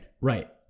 Right